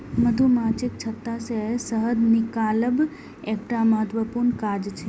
मधुमाछीक छत्ता सं शहद निकालब एकटा महत्वपूर्ण काज छियै